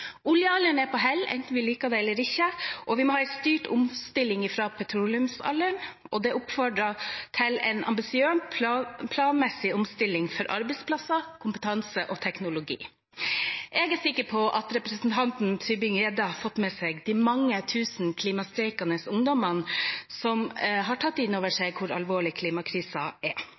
Oljealderen er på hell, enten vi liker det eller ikke. Vi må ha en styrt omstilling fra petroleumsalderen, og det oppfordres til en ambisiøs, planmessig omstilling for arbeidsplasser, kompetanse og teknologi. Jeg er sikker på at representanten Tybring-Gjedde har fått med seg de mange tusen klimastreikende ungdommene som har tatt inn over seg hvor alvorlig klimakrisen er.